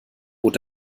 bot